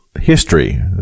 history